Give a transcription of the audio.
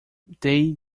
they